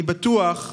אני בטוח,